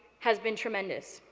has been tremendous.